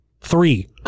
Three